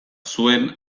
zuen